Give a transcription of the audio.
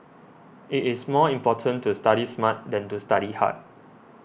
it is more important to study smart than to study hard